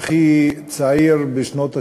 אזרחי צעיר בשנות ה-70,